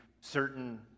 certain